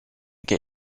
get